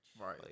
right